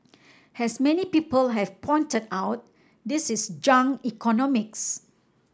as many people have pointed out this is junk economics